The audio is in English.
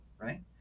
right